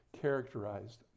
characterized